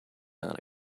not